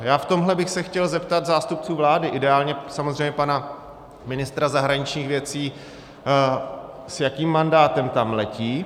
Já v tomhle bych se chtěl zeptat zástupců vlády, ideálně samozřejmě pana ministra zahraničních věcí, s jakým mandátem tam letí.